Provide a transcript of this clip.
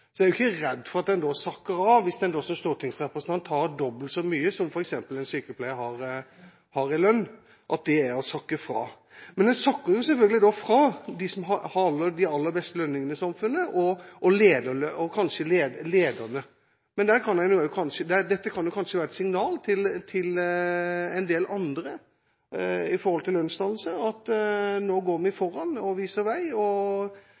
Så jeg er ikke redd for at en sakker etter – hvis det er å sakke etter at en som stortingsrepresentant har dobbelt så mye i lønn som f.eks. en sykepleier. Men en sakker selvfølgelig etter dem som har de aller beste lønningene i samfunnet, og kanskje lederne. Dette kan kanskje være et signal til en del andre når det gjelder lønnsdannelse, at nå går vi foran og viser vei og